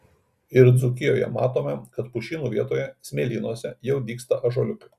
ir dzūkijoje matome kad pušynų vietoje smėlynuose jau dygsta ąžuoliukai